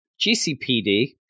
GCPD